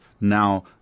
now